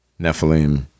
nephilim